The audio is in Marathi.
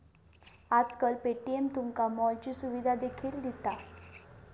आजकाल पे.टी.एम तुमका मॉलची सुविधा देखील दिता